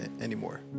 anymore